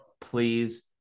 please